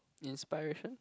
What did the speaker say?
inspiration